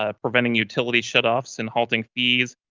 ah preventing utility shutoffs and halting fees,